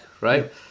right